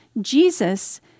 Jesus